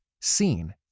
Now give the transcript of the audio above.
seen